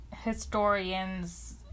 historians